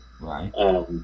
Right